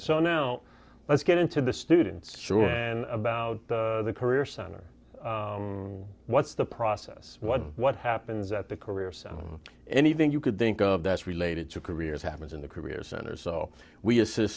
so now let's get into the students sure about the career center what's the process what what happens at the career so anything you could think of that's related to careers happens in the career center so we assist